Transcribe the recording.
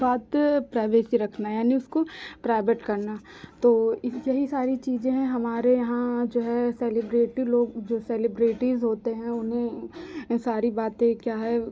बात प्राइवेसी रखना यानी उसको प्राइवेट करना तो यही सारी चीज़ें हैं हमारे यहाँ जो है सेलेब्रिटी लोग जो सेलेब्रिटीज होते हैं उन्हें सारी बातें क्या हैं